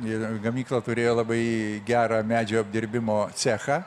ir gamykla turėjo labai gerą medžio apdirbimo cechą